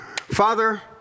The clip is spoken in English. Father